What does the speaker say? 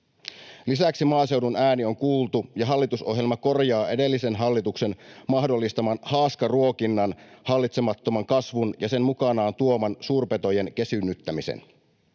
Lisäksi maaseudun ääni on kuultu, ja hallitusohjelma korjaa edellisen hallituksen mahdollistaman haaskaruokinnan hallitsemattoman kasvun ja sen mukanaan tuoman suurpetojen kesyynnyttämisen.